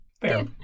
Fair